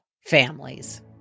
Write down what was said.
families